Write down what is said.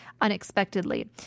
unexpectedly